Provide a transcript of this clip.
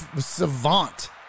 savant